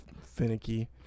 finicky